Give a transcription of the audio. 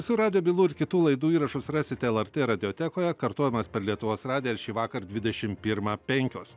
visų radijo bylų ir kitų laidų įrašus rasite lrt radiotekoje kartojimas per lietuvos radiją šįvakar dvidešimt pirmą penkios